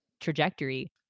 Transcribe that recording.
trajectory